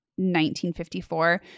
1954